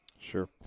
Sure